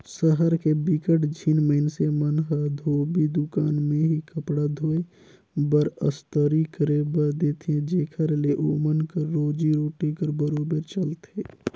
सहर के बिकट झिन मइनसे मन ह धोबी दुकान में ही कपड़ा धोए बर, अस्तरी करे बर देथे जेखर ले ओमन कर रोजी रोटी हर बरोबेर चलथे